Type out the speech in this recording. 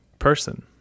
person